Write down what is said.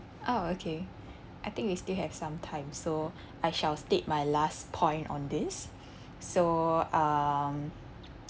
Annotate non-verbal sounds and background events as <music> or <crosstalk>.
oh okay I think we still have some time so <breath> I shall state my last point on this so um